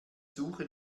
suche